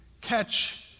catch